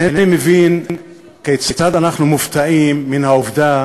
אינני מבין כיצד אנחנו מופתעים מן העובדה